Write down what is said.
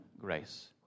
grace